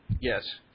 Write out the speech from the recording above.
Yes